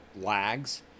lags